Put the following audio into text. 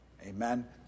Amen